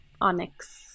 Onyx